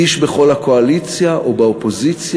איש בכל הקואליציה או באופוזיציה,